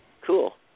Cool